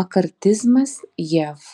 makartizmas jav